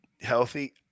healthy